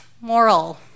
moral